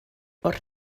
wrth